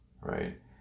right